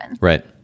Right